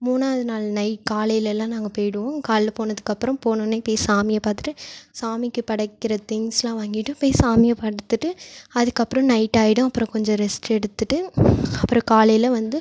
மூணாவது நாள் நை காலையிலெலாம் நாங்கள் போயிடுவோம் காலைல போனதுக்கப்புறம் போனோன்னே போய் சாமியை பார்த்துட்டு சாமிக்கு படைக்கின்ற திங்க்ஸ்லாம் வாங்கிட்டு போய் சாமியை பார்த்துட்டு அதுக்கப்புறம் நைட் ஆயிடும் அப்புறம் கொஞ்சம் ரெஸ்ட் எடுத்துகிட்டு அப்புறம் காலையில் வந்து